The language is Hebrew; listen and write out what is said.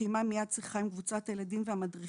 קיימה מיד שיחה עם קבוצת הילדים והמדריכה.